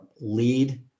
lead